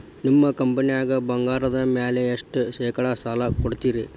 ನಿಮ್ಮ ಕಂಪನ್ಯಾಗ ಬಂಗಾರದ ಮ್ಯಾಲೆ ಎಷ್ಟ ಶೇಕಡಾ ಸಾಲ ಕೊಡ್ತಿರಿ?